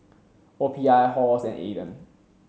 O P I Halls and Aden